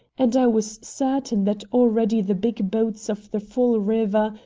and i was certain that already the big boats of the fall river,